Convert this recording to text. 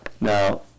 Now